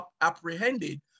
apprehended